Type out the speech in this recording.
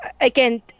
Again